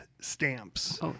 stamps